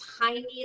tiny